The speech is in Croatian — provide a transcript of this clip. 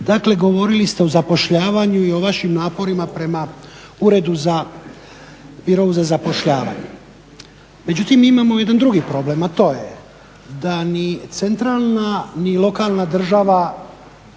Dakle, govorili ste o zapošljavanju i o vašim naporima prema Birou za zapošljavanje. Međutim, imamo jedan drugi problem, a to je da ni centralna ni lokalna država